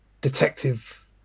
Detective